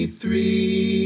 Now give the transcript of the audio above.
three